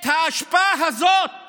את האשפה הזאת